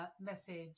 message